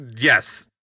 Yes